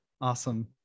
Awesome